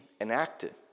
enacted